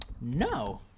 No